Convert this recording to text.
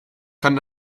kann